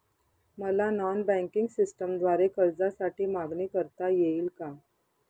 मला non banking सिस्टमद्वारे कर्जासाठी मागणी करता येईल का?